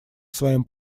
своим